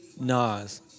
Nas